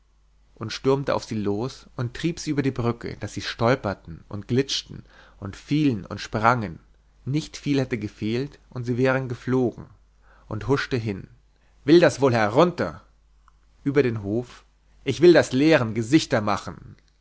und stürmte auf sie los und trieb sie über die brücke daß sie stolperten und glitschten und fielen und sprangen nicht viel hätte gefehlt und sie wären geflogen und huschte hin will das wohl herunter über den hof ich will das lehren gesichter machen